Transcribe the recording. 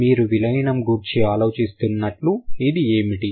మీరు విలీనం గూర్చి ఆలోచిస్తున్నట్లు ఇది ఏమిటి